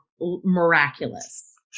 miraculous